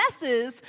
messes